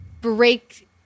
break